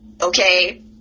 okay